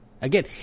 Again